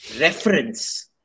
reference